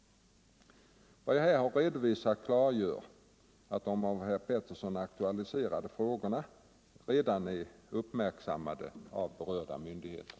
Vad jag här har redovisat klargör att de av herr Petersson aktualiserade frågorna redan är uppmärksammade av berörda myndigheter.